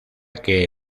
que